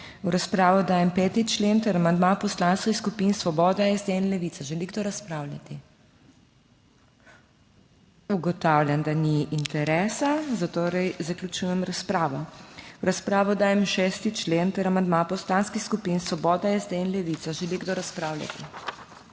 V razpravo dajem 5. člen ter amandma poslanskih skupin Svoboda, SD in Levica. Želi kdo razpravljati? Ugotavljam, da ni interesa, zatorej zaključujem razpravo. V razpravo dajem 6. člen ter amandma poslanskih skupin Svoboda, SD in Levica. Želi kdo razpravljati?